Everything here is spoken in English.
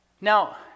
Now